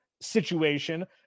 situation